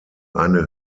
eine